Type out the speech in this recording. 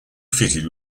fitted